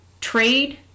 trade